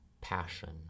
passion